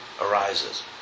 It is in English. arises